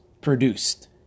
produced